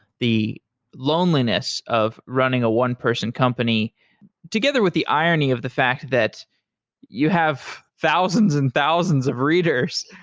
the loneliness of running a one-person company together with the irony of the fact that you have thousands and thousands of readers,